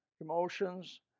emotions